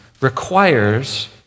requires